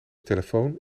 telefoon